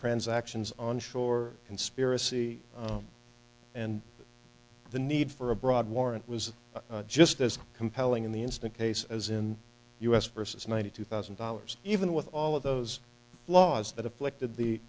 transactions on shore conspiracy and the need for a broad warrant was just as compelling in the instant case as in the u s versus ninety two thousand dollars even with all of those laws that afflicted the